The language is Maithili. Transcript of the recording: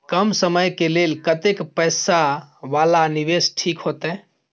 कम समय के लेल कतेक पैसा वाला निवेश ठीक होते?